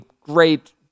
great